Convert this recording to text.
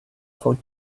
for